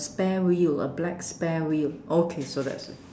spare wheel a black spare wheel okay so that's